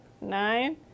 nine